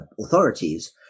authorities